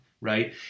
right